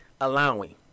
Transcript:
allowing